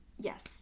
yes